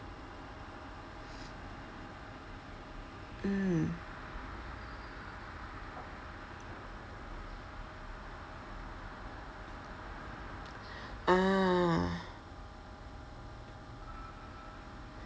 mm ah